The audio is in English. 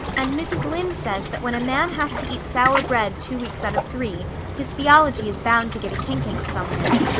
and mrs. lynde says that when a man has to eat sour bread two weeks out of three his theology is bound to get a kink in it somewhere.